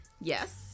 yes